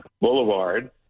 boulevard